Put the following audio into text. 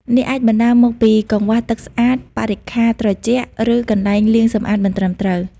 នេះអាចបណ្តាលមកពីកង្វះទឹកស្អាត បរិក្ខារត្រជាក់ ឬកន្លែងលាងសម្អាតមិនត្រឹមត្រូវ ។